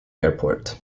airport